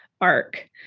arc